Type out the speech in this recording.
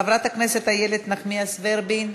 חברת הכנסת איילת נחמיאס ורבין,